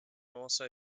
also